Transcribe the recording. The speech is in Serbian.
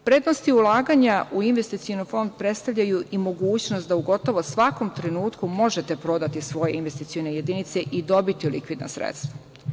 Prednosti ulaganja u investicioni fond predstavljaju i mogućnost da u gotovo svakom trenutku možete prodati svoje investicione jedinice i dobiti likvidna sredstva.